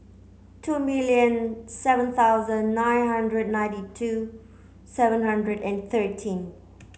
two million seven thousand nine hundred ninety two seven hundred and thirteen